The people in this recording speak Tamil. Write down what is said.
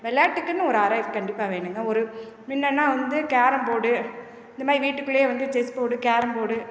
விளையாட்டுக்குன்னு ஒரு அறை கண்டிப்பாக வேணுங்க ஒரு முன்னாடின்னா வந்து கேரம் போர்டு இந்த மாதிரி வீட்டுக்குள்ளேயே வந்து செஸ் போர்டு கேரம் போர்டு